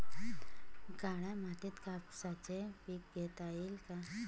काळ्या मातीत कापसाचे पीक घेता येईल का?